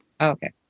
Okay